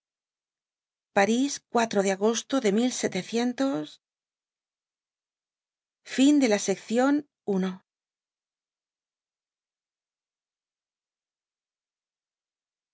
parís de agosto de i